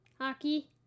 Hockey